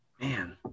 Man